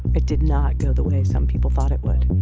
it did not go the way some people thought it would